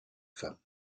femmes